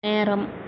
நேரம்